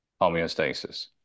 homeostasis